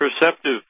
perceptive